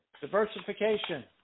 diversification